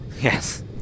Yes